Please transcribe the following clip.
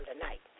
tonight